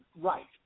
Right